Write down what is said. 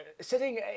sitting